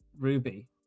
Ruby